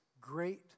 great